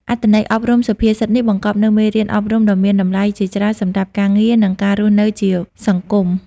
អត្ថន័យអប់រំសុភាសិតនេះបង្កប់នូវមេរៀនអប់រំដ៏មានតម្លៃជាច្រើនសម្រាប់ការងារ និងការរស់នៅជាសង្គម។